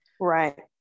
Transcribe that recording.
Right